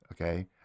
okay